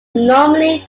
normally